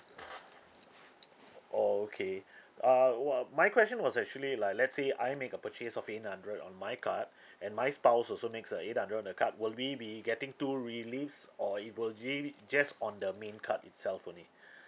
oh okay err what my question was actually like let's say I make a purchase of eight hundred on my card and my spouse also makes a eight hundred on her card will we be getting two reliefs or it will just on the main card itself only